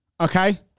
okay